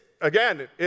again